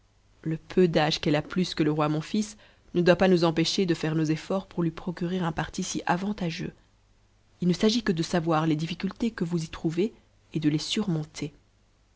le peu d'âge qu'elle a plus que le roi mou nts ne doit t'as nous empêcher de faire nos efforts pour lui procurer un parti si avantageux h ne s'agit que de savoir les difficultés que vous y trouvez et de les surmonter